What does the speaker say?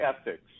Ethics